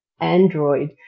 android